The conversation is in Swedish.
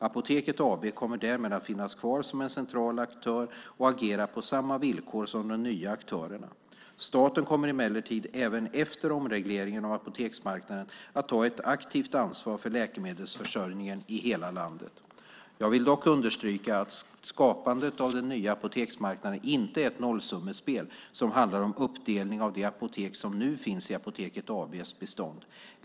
Apoteket AB kommer därmed att finnas kvar som en central aktör och agera på samma villkor som de nya aktörerna. Staten kommer emellertid även efter omregleringen av apoteksmarknaden att ta ett aktivt ansvar för läkemedelsförsörjningen i hela landet. Jag vill dock understryka att skapandet av den nya apoteksmarknaden inte är ett nollsummespel som handlar om uppdelning av de apotek som nu finns i Apoteket AB:s bestånd.